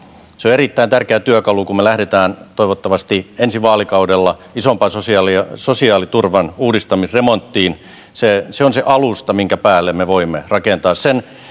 se on erittäin tärkeä työkalu kun me lähdemme toivottavasti ensi vaalikaudella isompaan sosiaaliturvan uudistamisremonttiin se se on se alusta minkä päälle me voimme rakentaa